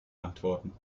antworten